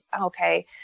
Okay